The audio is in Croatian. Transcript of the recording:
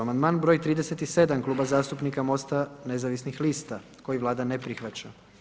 Amandman broj 37 Kluba zastupnika Mosta nezavisnih lista koji Vlada ne prihvaća.